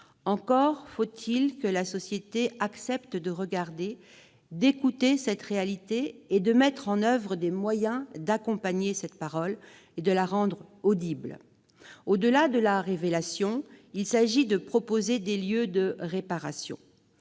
Encore faut-il que la société accepte de regarder, d'écouter cette réalité et de mettre en oeuvre les moyens d'accompagner cette parole, de la rendre audible. Au-delà de la révélation, il s'agit de proposer des lieux de réparation.